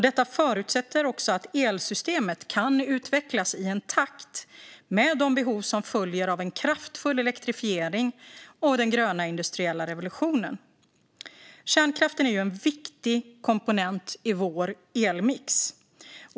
Detta förutsätter att elsystemet kan utvecklas i takt med de behov som följer av en kraftfull elektrifiering och den gröna industriella revolutionen. Kärnkraften är en viktig komponent i vår elmix.